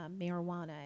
marijuana